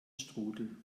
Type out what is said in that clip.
strudel